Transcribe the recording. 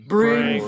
Bring